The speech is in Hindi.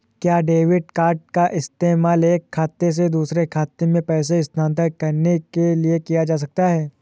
क्या डेबिट कार्ड का इस्तेमाल एक खाते से दूसरे खाते में पैसे स्थानांतरण करने के लिए किया जा सकता है?